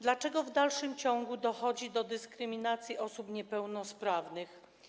Dlaczego w dalszym ciągu dochodzi do dyskryminacji osób niepełnosprawnych?